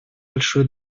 большую